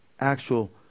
actual